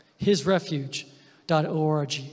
Hisrefuge.org